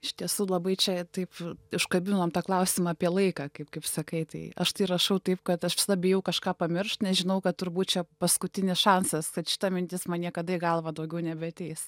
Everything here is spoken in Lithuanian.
iš tiesų labai čia taip užkabinom tą klausimą apie laiką kaip kaip sakai tai aš tai rašau taip kad aš bijau kažką pamiršt nes žinau kad turbūt čia paskutinis šansas kad šita mintis man niekada į galvą daugiau nebeateis